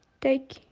take